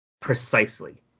Precisely